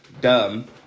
dumb